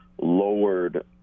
lowered